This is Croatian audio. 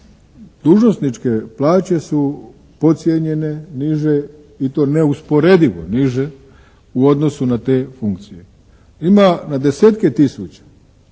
dužnosničke plaće su podcijenjene, niže i to neusporedivo niže u odnosu na te funkcije. Ima ne desetke tisuća